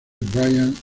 brian